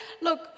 look